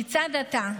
כיצד אתה,